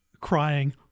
crying